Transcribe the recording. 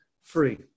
free